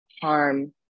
harm